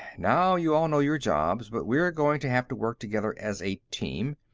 now, you all know your jobs, but we're going to have to work together as a team.